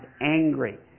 angry